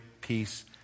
peace